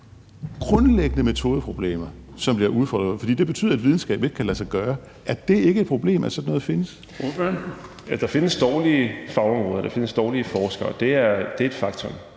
grundlæggende metodeproblemer, som jeg udfordrer, fordi det betyder, at videnskab ikke kan lade sig gøre. Er det ikke et problem, at sådan noget findes? Kl. 13:39 Den fg. formand (Erling Bonnesen): Ordføreren.